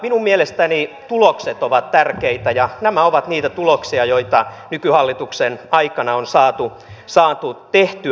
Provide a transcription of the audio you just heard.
minun mielestäni tulokset ovat tärkeitä ja nämä ovat niitä tuloksia joita nykyhallituksen aikana on saatu tehtyä